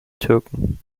türken